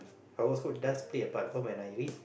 horoscope does play a part because when I read